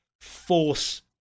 force